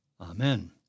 Amen